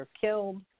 killed